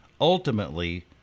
ultimately